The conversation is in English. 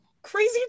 crazy